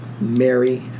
Mary